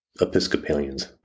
Episcopalian's